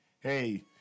hey